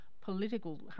political